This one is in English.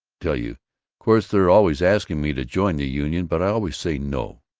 tell you course they're always asking me to join the union, but i always say, no,